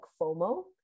FOMO